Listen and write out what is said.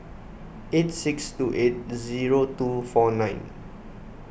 eight six two eight zero two four nine